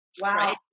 Wow